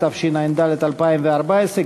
התשע"ד 2014,